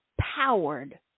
powered